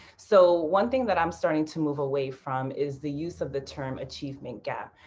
so one thing that i'm starting to move away from is the use of the term achievement gap.